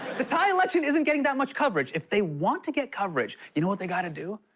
the thai election isn't getting that much coverage. if they want to get coverage, you know what they gotta do?